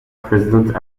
president